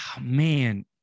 man